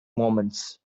moments